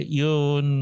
yun